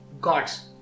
gods